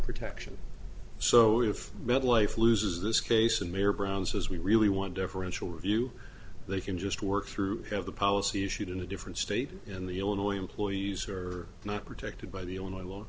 protection so if mid life loses this case and mayor brown says we really want differential review they can just work through have the policy issued in a different state and in the illinois employees are not protected by the